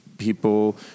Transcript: People